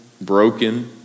broken